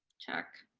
check.